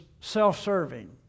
self-serving